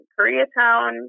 Koreatown